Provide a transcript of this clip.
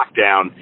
lockdown